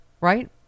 Right